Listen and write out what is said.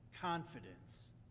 confidence